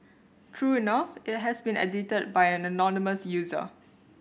true enough it has been edited by an anonymous user